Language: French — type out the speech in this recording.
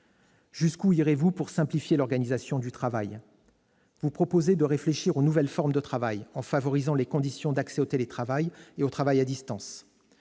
Jusqu'où irez-vous pour simplifier l'organisation du travail ? Vous proposez de réfléchir aux nouvelles formes de travail, en favorisant l'accès au télétravail et au travail à distance.